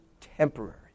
temporary